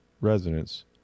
residents